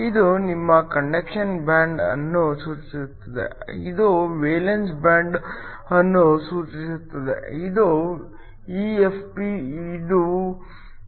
ಇದು ನಿಮ್ಮ conduction band ಅನ್ನು ಸೂಚಿಸುತ್ತದೆ ಇದು ವೇಲೆನ್ಸಿ ಬ್ಯಾಂಡ್ ಅನ್ನು ಸೂಚಿಸುತ್ತದೆ ಇದು EFp ಇದು EFn